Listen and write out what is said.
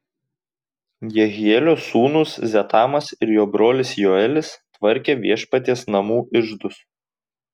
jehielio sūnūs zetamas ir jo brolis joelis tvarkė viešpaties namų iždus